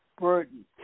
burden